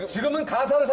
your um and classroom?